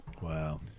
Wow